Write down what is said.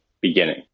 beginning